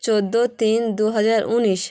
চোদ্দ তিন দু হাজার উনিশ